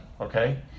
Okay